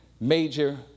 major